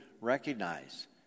recognize